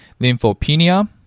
lymphopenia